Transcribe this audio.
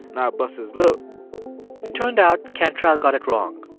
and i busted his lip it turned out cantrell got it wrong.